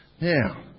Now